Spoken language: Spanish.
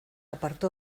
apartó